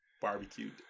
barbecued